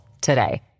today